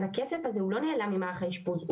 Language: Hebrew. אז הכסף הזה הוא לא נעלם ממערך האשפוז,